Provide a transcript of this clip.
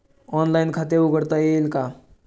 Online खाते उघडता येईल का?